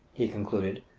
he concluded,